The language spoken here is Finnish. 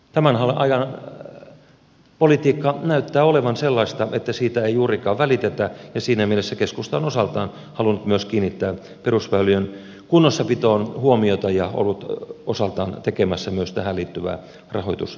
tämän ajan politiikka näyttää olevan sellaista että siitä ei juurikaan välitetä ja siinä mielessä keskusta on osaltaan halunnut myös kiinnittää perusväy lien kunnossapitoon huomiota ja ollut osaltaan tekemässä myös tähän liittyvää rahoitusesitystä